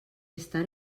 estar